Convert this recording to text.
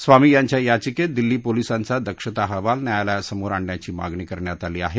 स्वामी यांच्या याचिकेत दिल्ली पोलिसांचा दक्षता अहवाल न्यायालयासमोर आणण्याची मागणी करण्यात आली आहे